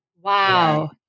wow